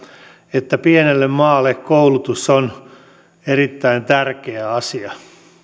että pienelle maalle koulutus on erittäin tärkeä asia